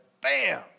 bam